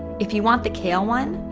if you want the kale one,